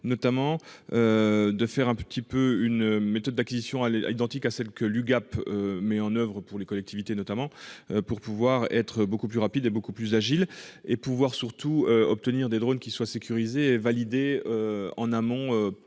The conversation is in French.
notamment. De faire un petit peu une méthode d'acquisition à l'identique à celle que l'UGAP met en oeuvre pour les collectivités notamment pour pouvoir être beaucoup plus rapide et beaucoup plus Agile et pouvoir surtout obtenir des drone qui soient sécurisés et validé. En amont,